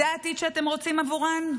זה העתיד שאתם רוצים עבורן?